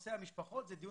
נושא המשפחות לגבי